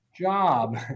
job